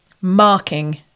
marking